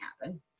happen